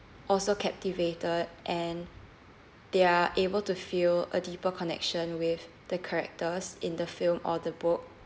also captivated and they are able to feel a deeper connection with the characters in the film or the book